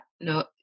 no